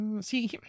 See